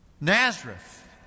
Nazareth